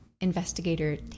investigator